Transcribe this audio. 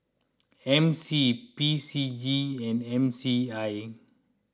M C P C G and M C I